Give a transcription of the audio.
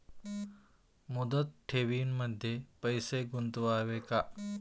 मुदत ठेवींमध्ये पैसे गुंतवावे का?